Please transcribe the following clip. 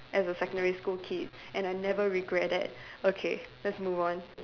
as a secondary school kid and I never regret that okay let's move on